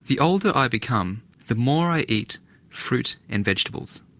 the older i become the more i eat fruit and vegetables.